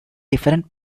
different